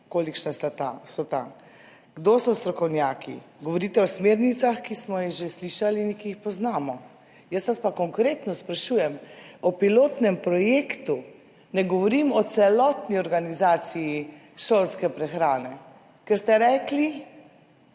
kolikšna so ta sredstva, kdo so strokovnjaki. Govorite o smernicah, ki smo jih že slišali in ki jih poznamo, jaz vas pa konkretno sprašujem o pilotnem projektu, ne govorim o celotni organizaciji šolske prehrane, ker ste rekli,